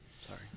Sorry